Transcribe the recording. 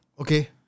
Okay